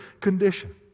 condition